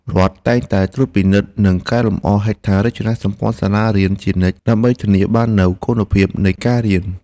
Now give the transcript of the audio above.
រដ្ឋតែងតែត្រួតពិនិត្យនិងកែលម្អហេដ្ឋារចនាសម្ព័ន្ធសាលារៀនជានិច្ចដើម្បីធានាបាននូវគុណភាពនៃការរៀន។